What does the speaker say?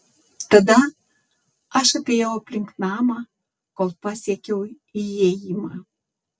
tada aš apėjau aplink namą kol pasiekiau įėjimą